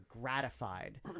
gratified